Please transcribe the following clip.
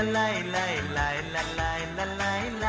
ah nine nine nine nine